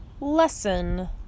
lesson